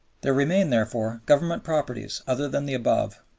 there remain, therefore, government properties other than the above,